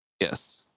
Yes